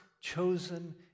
chosen